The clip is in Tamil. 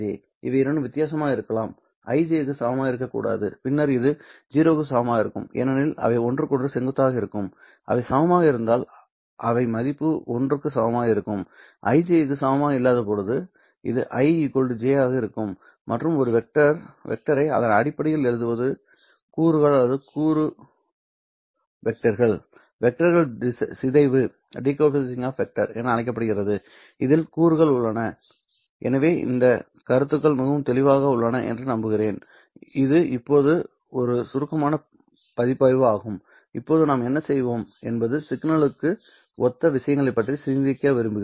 அவை இரண்டும் வித்தியாசமாக இருக்கலாம் i j க்கு சமமாக இருக்கக்கூடாது பின்னர் இது 0 க்கு சமமாக இருக்கும் ஏனெனில் அவை ஒன்றுக்கொன்று செங்குத்தாக இருக்கும் அவை சமமாக இருந்தால் அவை மதிப்பு ஒன்றுக்கு சமமாக இருக்கும் i j க்கு சமமாக இல்லாதபோது இது i j ஆக இருக்கும் மற்றும் ஒரு வெக்டரை அதன் அடிப்படையில் எழுதுவது கூறுகள் கூறு வெக்டர்கள் வெக்டர்கள் சிதைவு என அழைக்கப்படுகிறது அதில் கூறுகள் உள்ளன எனவே இந்த கருத்துக்கள் மிகவும் தெளிவாக உள்ளன என்று நம்புகிறேன் இது இப்போது ஒரு சுருக்கமான மதிப்பாய்வு ஆகும் இப்போது நாம் என்ன செய்வோம் என்பது சிக்னலுக்கு ஒத்த விஷயங்களைப் பற்றி சிந்திக்க விரும்புகிறோம்